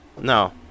No